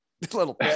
little